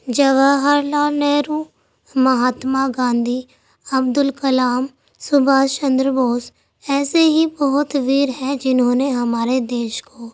جواہر لال نہرو مہاتما گاندھی عبدالکلام سبھاش چندر بوس ایسے ہی بہت ویر ہیں جنہوں نے ہمارے دیش کو